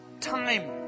time